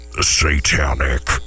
Satanic